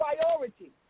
priority